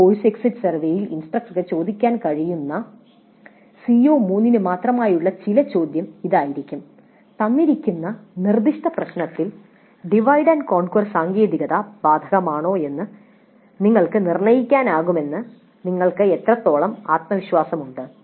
ഈ course exit സർവേയിൽ ഇൻസ്ട്രക്ടർക്ക് ചോദിക്കാൻ കഴിയുന്ന CO3 ന് മാത്രമായുള്ള ചില ചോദ്യം ഇതായിരിക്കും തന്നിരിക്കുന്ന നിർദ്ദിഷ്ട പ്രശ്നത്തിന് ഡിവൈഡ് ആൻഡ് കോൺക്വർ സാങ്കേതികത ബാധകമാണോ എന്ന് നിങ്ങൾക്ക് നിർണ്ണയിക്കാനാകുമെന്ന് നിങ്ങൾക്ക് എത്രത്തോളം ആത്മവിശ്വാസമുണ്ട്